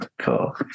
Cool